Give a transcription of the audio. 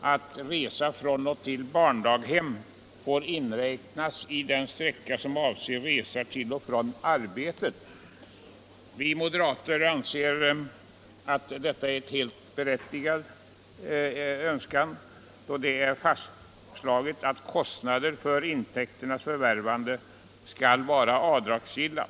att resa till och från barndaghem får inräknas i den sträcka som avser resa till och från arbetet. Vi moderater anser att detta är en helt berättigad önskan, då det är fastslaget att kostnader för intäkternas förvärvande skall vara avdragsgilla.